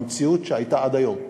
במציאות שהייתה עד היום.